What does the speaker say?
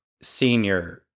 senior